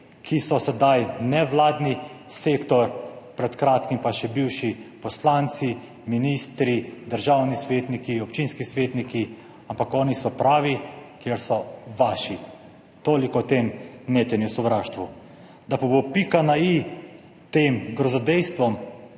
ki so sedaj nevladni sektor, pred kratkim pa še bivši poslanci, ministri, državni svetniki, občinski svetniki, ampak oni so pravi, ker so vaši. Toliko o tem netenju sovraštvu. Da pa bo pika na i tem grozodejstvom